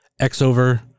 XOver